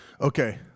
Okay